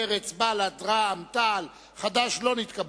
מרצ, בל"ד, רע"ם-תע"ל וחד"ש לא נתקבלה.